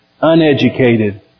uneducated